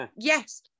yes